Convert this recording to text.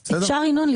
ינון,